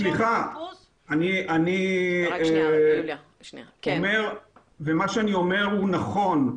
סליחה, מה שאני אומר הוא נכון.